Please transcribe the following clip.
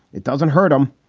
it doesn't hurt him,